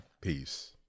peace